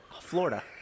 Florida